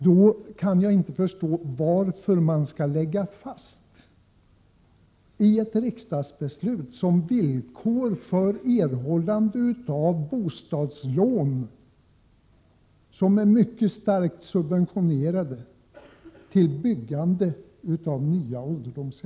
Jag kan därför inte förstå varför man i ett riksdagsbeslut om villkor för erhållande av bostadslån för byggande av nya ålderdomshem, som är mycket kraftigt subventionerade, skall fastställa en så låg standard.